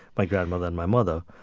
my grandmother and my mother.